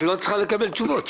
את לא צריכה לקבל תשובות.